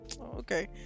okay